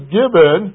given